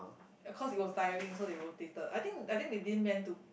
cause it was tiring so they rotated I think I think they didn't meant to